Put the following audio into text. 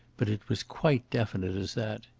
but it was quite definite as that.